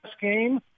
game